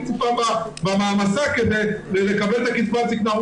טיפה במעמסה כדי לקבל את קצבת הזקנה,